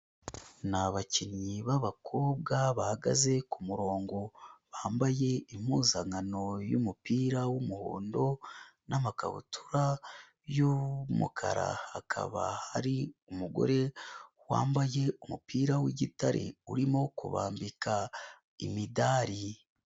Ni abakinnyi b'abakobwa bahagaze kumurongo. Bambaye impuzankano y'umupira w'umuhondo n'amakabutura y'umukara. Hakaba hari umugore wambaye umupira w'igitare urimo kubambika imidari.